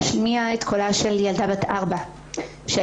להשמיע את קולה של ילדה בת ארבע שהייתה